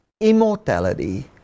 immortality